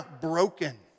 broken